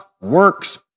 works